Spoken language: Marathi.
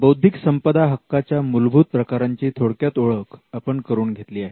बौद्धिक संपदा हक्काच्या मूलभूत प्रकारांची थोडक्यात ओळख आपण करून घेतली आहे